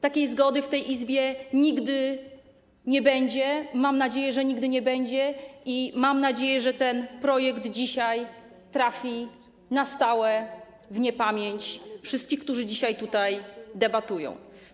Takiej zgody w tej Izbie nigdy nie będzie, mam nadzieję, że nigdy nie będzie, i mam nadzieję, że ten projekt dzisiaj trafi na stałe w niepamięć wszystkich, którzy dzisiaj tutaj debatują.